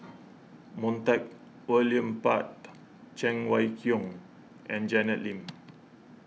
Montague William Pett Cheng Wai Keung and Janet Lim